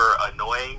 annoying